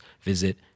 visit